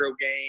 game